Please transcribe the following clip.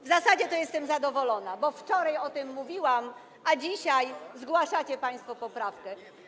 W zasadzie to jestem zadowolona, bo wczoraj o tym mówiłam, a dzisiaj zgłaszacie państwo poprawkę.